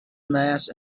mass